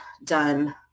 done